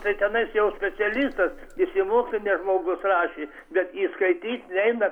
tai tenais jau specialistas išsimokslinęs žmogus rašė bet įskaityti neina